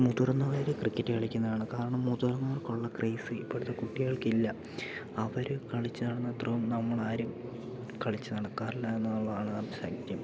മുതിർന്നവര് cricket കളിക്കുന്നതാണ് കാരണം മുതിർന്നവർക്കുള്ള ക്രയ്സ് ഇപ്പഴത്തെ കുട്ടികൾക്കില്ല അവര് കളിച്ച് നടന്നത്രയും നമ്മളാരും കളിച്ച് നടക്കാറില്ല എന്നുള്ളതാണ് സത്യം